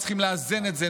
וצריך לאזן את זה.